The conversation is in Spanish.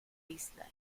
isla